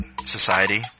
society